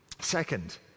Second